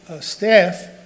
staff